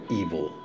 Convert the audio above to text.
evil